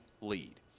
lead